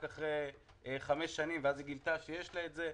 אחרי חמש שנים ואז היא גילתה שיש לה את זה.